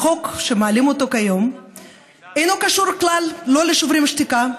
החוק שמעלים כיום אינו קשור כלל לשוברים שתיקה,